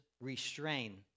restrain